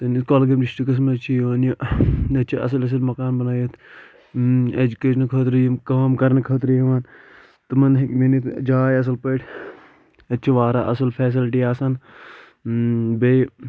سٲنِس کۄلگٲمۍ ڈِسٹِکَس منٛز چھِ یِوان یہِ ییٚتہِ چھِ اصٕل اصٕل مکان بنٲوِتھ ایٚجُکیٚشن خٲطرٕ یِم کٲم کَرنہٕ خٲطرٕ یِوان تِمن ہیٚکہِ میٖلِتھ جاے اصٕل پٲٹھۍ ییٚتہِ چھِ واریاہ اصٕل فیسَلٹی آسان بیٚیہ